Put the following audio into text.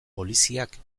poliziak